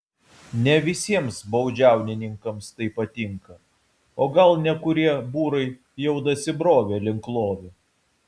ne visiems baudžiauninkams tai patinka o gal nekurie būrai jau dasibrovė link lovio